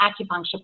acupuncture